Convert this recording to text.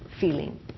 feeling